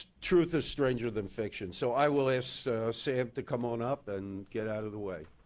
truth is stranger than fiction. so i will ask sam to come on up and get out of the way.